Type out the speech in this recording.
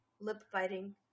lip-biting